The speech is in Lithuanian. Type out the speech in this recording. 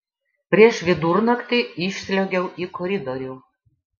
prieš vidurnaktį išsliuogiau į koridorių